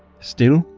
still,